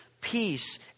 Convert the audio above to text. peace